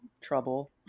trouble